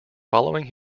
following